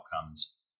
outcomes